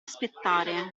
aspettare